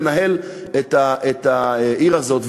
לנהל את העיר הזאת.